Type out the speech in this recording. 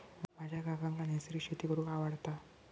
माझ्या काकांका नैसर्गिक शेती करूंक आवडता